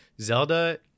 zelda